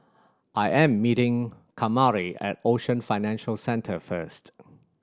I am meeting Kamari at Ocean Financial Centre first